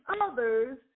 others